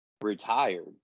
retired